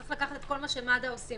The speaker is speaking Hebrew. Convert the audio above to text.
צריך לקחת את כל מה שמד"א עושים,